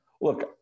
Look